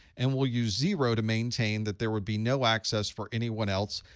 and we'll use zero to maintain that there would be no access for anyone else.